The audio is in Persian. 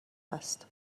است